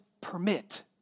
permit